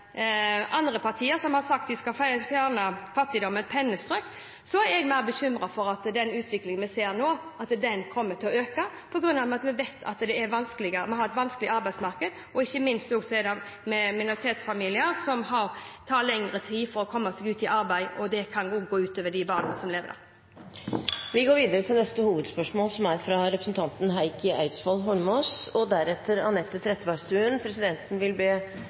partier som har sagt de skal fjerne fattigdommen med et pennestrøk, at jeg er mer bekymret for at den utviklingen vi ser nå, kommer til å øke, for vi vet at vi har et vanskelig arbeidsmarked. Ikke minst gjelder det minoritetsfamilier, som har bruk for lengre tid før de kommer seg ut i arbeid, og det kan også gå ut over barna som lever i de familiene. Vi går videre til neste hovedspørsmål. Dette er et hovedspørsmål til Ketil Solvik-Olsen. Forrige tirsdag var jeg og